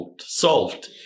solved